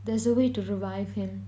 there's a way to revive him